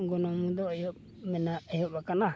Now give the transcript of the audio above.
ᱜᱚᱱᱚᱝ ᱫᱚ ᱮᱦᱚᱵ ᱢᱮᱱᱟᱜ ᱮᱦᱚᱵ ᱟᱠᱟᱱᱟ